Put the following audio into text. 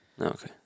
Okay